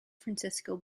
francisco